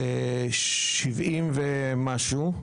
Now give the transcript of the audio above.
שבעים ומשהו,